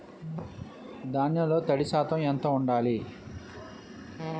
ధాన్యంలో తడి శాతం ఎంత ఉండాలి?